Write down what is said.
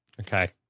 okay